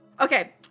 Okay